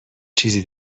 چیزی